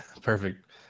perfect